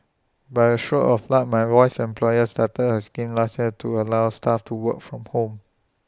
by A stroke of luck my wife's employer started A scheme last year to allow staff to work from home